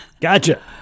Gotcha